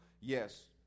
yes